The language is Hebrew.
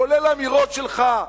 כולל האמירות שלך,